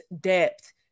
depth